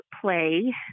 play